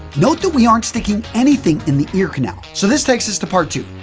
note that we aren't sticking anything in the ear canal. so, this takes us to part two,